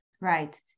right